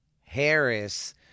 Harris